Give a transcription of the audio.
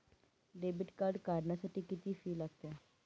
Debit card काढण्यासाठी किती fee लागते?